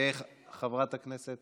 חברת הכנסת